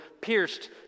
pierced